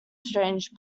strange